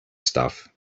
stuff